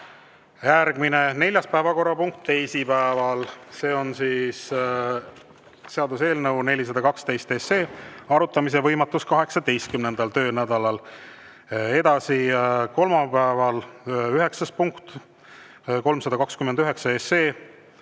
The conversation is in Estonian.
Järgmine, neljas päevakorrapunkt teisipäeval, see on siis seaduseelnõu 412 – arutamise võimatus 18. töönädalal. Edasi, kolmapäeval üheksas